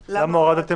בלבד"?